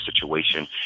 situation